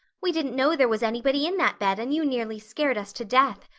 we didn't know there was anybody in that bed and you nearly scared us to death.